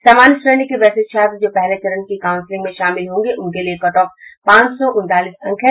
समान्य श्रेणी के वैसे छात्र जो पहले चरण की काउंसिलिंग में शामिल होंगे उनके लिये कटऑफ पांच सौ उनतालीस अंक है